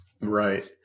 right